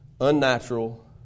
unnatural